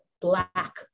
black